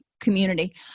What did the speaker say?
community